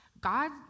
God